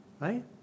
Right